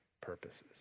purposes